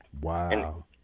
Wow